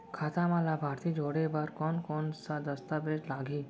खाता म लाभार्थी जोड़े बर कोन कोन स दस्तावेज लागही?